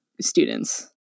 students